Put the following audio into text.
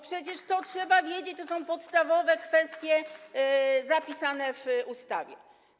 Przecież to trzeba wiedzieć, to są podstawowe kwestie zapisane w ustawie.